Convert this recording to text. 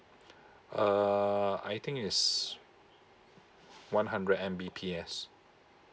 uh I think it's one hundred M_B_P_S